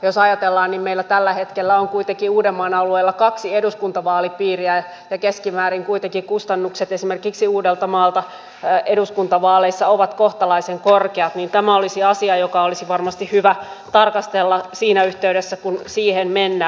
jos ajatellaan että meillä tällä hetkellä on kuitenkin uudenmaan alueella kaksi eduskuntavaalipiiriä ja keskimäärin kuitenkin kustannukset esimerkiksi uudeltamaalta eduskuntavaaleissa ovat kohtalaisen korkeat niin tämä olisi asia jota olisi varmasti hyvä tarkastella siinä yhteydessä kun siihen mennään